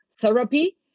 therapy